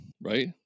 right